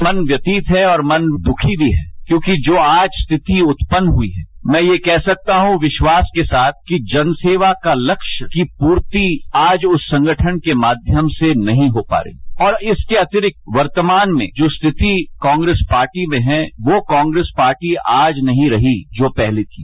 मन व्यक्षीत है और मन दुखी मी है क्योंकि जो आज स्थिति उत्पन्न हुई है मैं यह कह सकता हूं विश्वास के साथ कि जनसेवा का लस्प की पूर्ति आज उस संगठन के माध्यम से नहीं हो पा रही और इसके अतिरिक्त कर्तमान में जो स्थिति कांग्रेस पार्टी में हैं वो कांग्रेस पार्टी आज नहीं रही जो पहले थी